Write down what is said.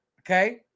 okay